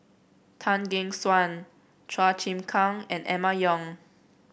Tan Gek Suan Chua Chim Kang and Emma Yong